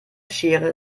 schere